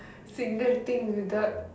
single thing without